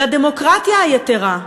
לדמוקרטיה היתרה?